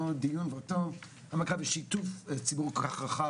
דיון ולאותה העמקה ושיתוף ציבור כל כך רחב,